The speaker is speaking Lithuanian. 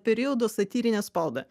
periodo satyrinę spaudą